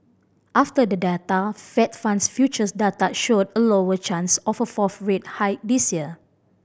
after the data Fed funds futures data showed a lower chance of a fourth rate hike this year